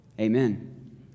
Amen